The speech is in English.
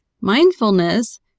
Mindfulness